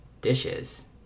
dishes